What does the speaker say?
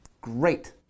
Great